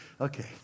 Okay